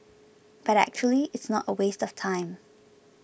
but actually it's not a waste of time